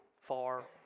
far